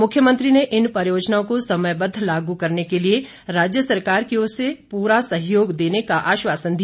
मुख्यमंत्री ने इन परियोजनाओं को समयबद्द लागू करने के लिए राज्य सरकार की ओर से पूर्ण सहयोग का आश्वासन दिया